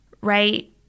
right